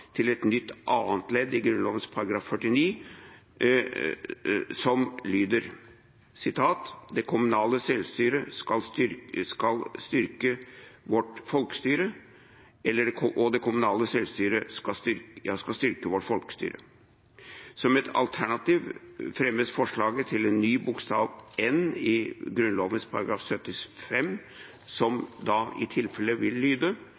til et nytt annet ledd i Grunnloven § 49. Det ene alternativet lyder: «Det kommunale selvstyret skal styrke vårt folkestyre.» Og: «Det kommunale sjølvstyret skal styrke vårt folkestyre.» Som et alternativ fremmes forslag til en ny bokstav, n, i Grunnloven § 75, som da i tilfelle vil lyde: